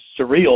surreal